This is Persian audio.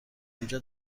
اینجا